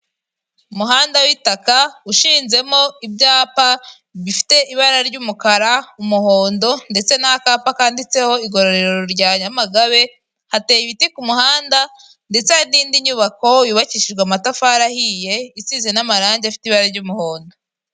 Umuhanda w'itaka ushinzemo ibyapa bifite ibara ry'umukara, umuhondo ndetse n'akapa kanditseho igororero rya Nyamagabe. Hateye ibiti ku muhanda ndetse hari n'indi nyubako yubakishijwe amatafari ahiye isize n'amarangi afite ibara ry'umuhondo.